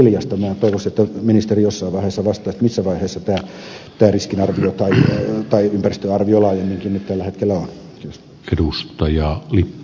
minä toivoisin että ministeri jossain vaiheessa vastaisi missä vaiheessa tämä riskinarvio tai ympäristöarvio laajemminkin nyt tällä hetkellä on